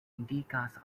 indikas